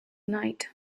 night